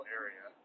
area